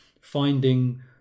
finding